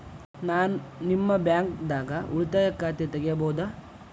ನಾ ನಿಮ್ಮ ಬ್ಯಾಂಕ್ ದಾಗ ಉಳಿತಾಯ ಖಾತೆ ತೆಗಿಬಹುದ?